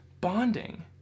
bonding